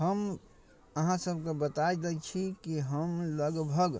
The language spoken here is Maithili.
हम अहाँसभके बता दै छी कि हम लगभग